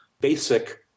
basic